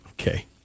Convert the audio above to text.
Okay